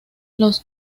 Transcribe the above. los